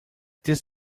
this